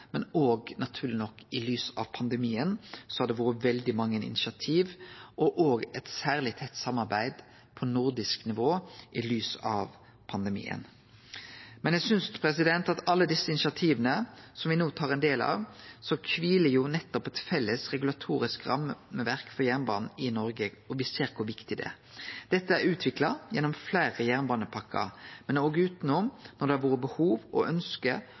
og naturleg nok i lys av pandemien har det vore veldig mange initiativ og eit særleg tett samarbeid på nordisk nivå. Men eg synest at på alle desse initiativa som me no er ein del av, kviler nettopp eit felles regulatorisk rammeverk for jernbanen i Noreg, og me ser kor viktig det er. Dette er utvikla gjennom fleire jernbanepakkar, men òg utanom når det har vore behov og ønske